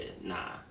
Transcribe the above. Nah